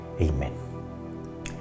Amen